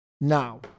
Now